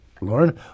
Lauren